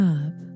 up